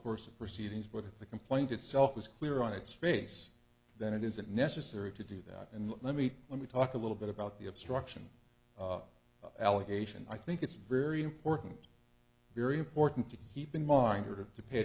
course of proceedings but the complaint itself was clear on its face that it isn't necessary to do that and let me let me talk a little bit about the obstruction allegation i think it's very important very important to keep in mind or have to pay